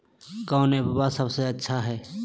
कौन एप्पबा सबसे अच्छा हय?